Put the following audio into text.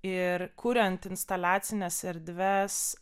ir kuriant instaliacines erdves